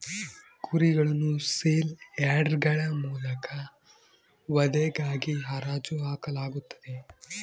ಕುರಿಗಳನ್ನು ಸೇಲ್ ಯಾರ್ಡ್ಗಳ ಮೂಲಕ ವಧೆಗಾಗಿ ಹರಾಜು ಹಾಕಲಾಗುತ್ತದೆ